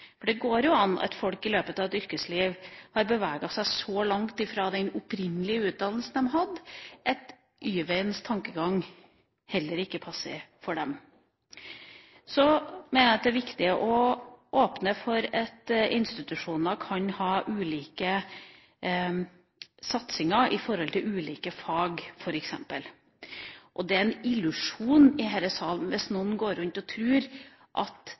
for det kan jo hende at folk i løpet av et yrkesliv har beveget seg så langt fra den opprinnelige utdannelsen de hadde, at Y-veiens tankegang heller ikke passer for dem. Så mener jeg det er viktig å åpne for at institusjoner kan ha ulike satsinger når det gjelder ulike fag, f.eks. Det er en illusjon hvis noen i denne salen går rundt og tror at